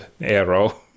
arrow